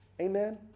Amen